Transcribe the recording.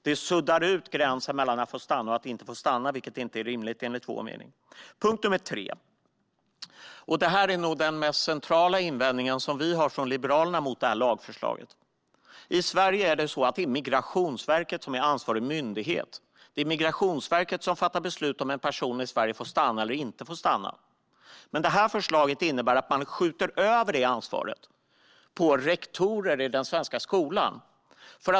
Detta suddar ut gränsen mellan att få stanna och att inte få stanna, vilket enligt vår mening inte är rimligt. Punkt tre är nog den mest centrala invändningen som vi från Liberalerna har mot detta lagförslag. I Sverige är det Migrationsverket som är ansvarig myndighet. Det är Migrationsverket som fattar beslut om huruvida en person får stanna i Sverige eller inte. Men med det här förslaget skjuter man över det ansvaret på rektorer i den svenska skolan.